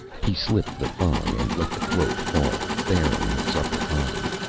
he slipped the thong and let the cloak fall, baring his upper body.